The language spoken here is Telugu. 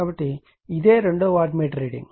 కాబట్టి ఇదే రెండవ వాట్ మీటర్ రీడింగ్